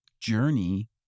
journey